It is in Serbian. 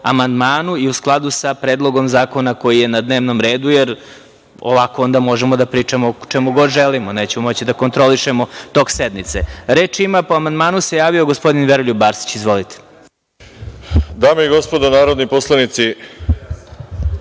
amandmanu i u skladu sa Predlogom zakona koji je na dnevnom redu, jer ovako onda možemo da pričamo o čemu god želimo, nećemo moći da kontrolišemo tok sednice. Po amandmanu se javio gospodin Veroljub Arsić. Izvolite. **Veroljub Arsić** Dame i gospodo narodni poslanici,